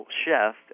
chef